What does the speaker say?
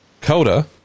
Coda